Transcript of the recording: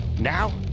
Now